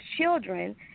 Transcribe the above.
children